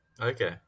Okay